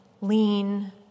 lean